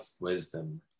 wisdom